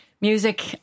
music